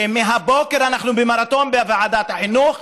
שמהבוקר אנחנו במרתון בוועדת החינוך